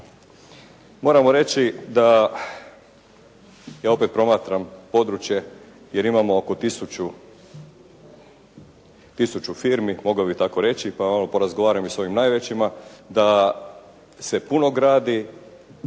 moramo reći da ja opet promatram područje jer imamo oko tisuću firmi mogao bih tako reći, pa malo porazgovaram i s ovim najvećima, da se puno gradi